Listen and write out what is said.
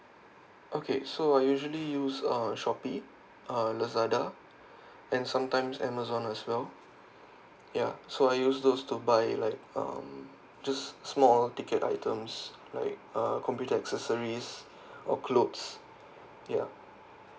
okay so I usually use uh shopee uh lazada and sometimes amazon as well ya so I use those to buy like um just small ticket items right uh computer accessories or clothes ya